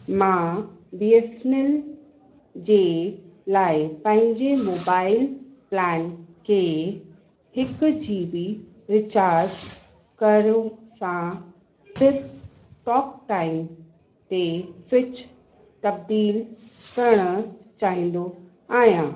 मां बीएसनैल जे लाइ पंहिंजे मोबाइल प्लैन खे हिकु जीबी रीचार्ज कयो सां सिर्फ़ टॉक टाइम ते स्विच तबदील करणु चाहींदो आहियां